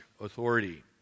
authority